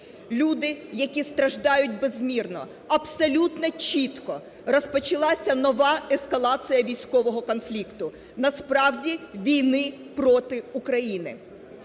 люди, які страждають безмірно. Абсолютно чітко: розпочалася нова ескалація військового конфлікту, насправді війни проти України.